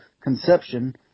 conception